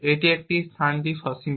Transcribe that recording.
একটি হল স্থানটি সসীম